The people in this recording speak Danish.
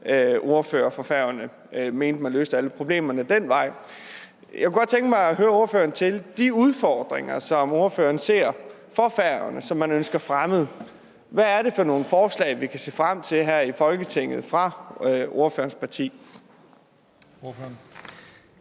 ordfører fra Færøerne, som mente, at man kunne løse alle problemerne ad den vej. Jeg kunne godt tænke mig at høre ordføreren: I forbindelse med de udfordringer for Færøerne, som ordføreren ser, og som han ønsker fremmet, hvad er det så for nogle forslag, vi kan se frem til her i Folketinget fra ordførerens parti?